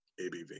ABV